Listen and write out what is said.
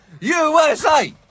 USA